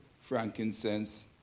frankincense